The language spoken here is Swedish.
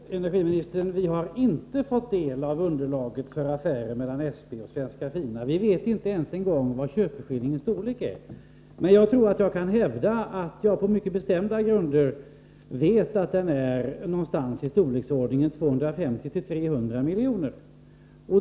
Herr talman! Nej, energiministern, vi har inte fått del av underlaget för affären mellan SP och Svenska Fina. Vi känner inte ens till köpeskillingens storlek. Men jag tror att jag på mycket bestämda grunder kan hävda att den är någonstans i storleksordningen 250-300 miljoner.